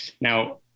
Now